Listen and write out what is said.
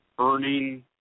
earning